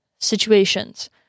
situations